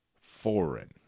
foreign